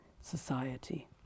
society